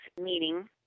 meeting